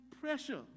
pressure